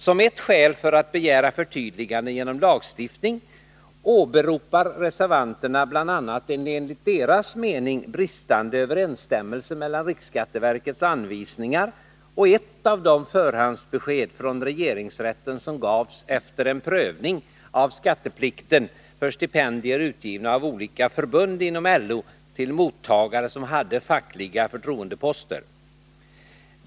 Som ett skäl för att begära förtydligande genom lagstiftning åberopar reservanterna bl.a. en enligt deras mening bristande överensstämmelse mellan riksskatteverkets anvisningar och ett av de förhandsbesked från regeringsrätten som gavs efter en prövning av skatteplikten för stipendier utgivna av olika förbund inom LO till mottagare som hade fackliga förtroendeposter.